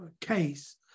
case